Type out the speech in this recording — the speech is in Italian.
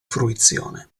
fruizione